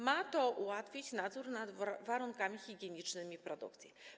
Ma to ułatwić nadzór nad warunkami higienicznymi produkcji.